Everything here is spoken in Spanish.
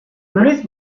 luis